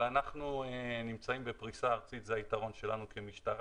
אנחנו בפריסה ארצית וזה היתרון שלנו כמשטרה